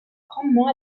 grandement